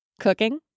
cooking